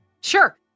Sure